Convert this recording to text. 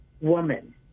woman